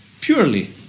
purely